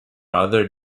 other